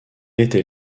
était